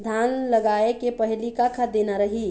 धान लगाय के पहली का खाद देना रही?